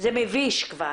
זה מביש כבר.